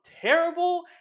terrible